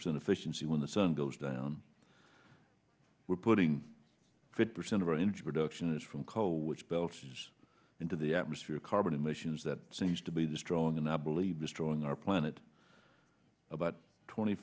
percent efficiency when the sun goes down we're putting fifty percent of our introduction is from coal which belches into the atmosphere carbon emissions that seems to be the strong and i believe destroying our planet about twenty